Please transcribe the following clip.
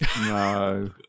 No